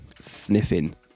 sniffing